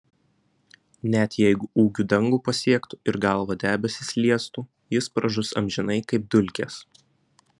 net jeigu ūgiu dangų pasiektų ir galva debesis liestų jis pražus amžinai kaip dulkės